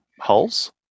hulls